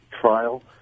trial